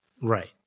Right